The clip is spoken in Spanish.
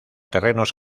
terrenos